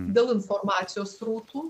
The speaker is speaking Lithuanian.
dėl informacijos srautų